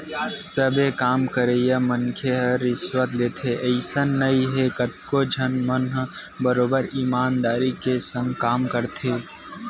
सबे काम करइया मनखे ह रिस्वत लेथे अइसन नइ हे कतको झन मन ह बरोबर ईमानदारी के संग काम करथे